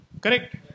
Correct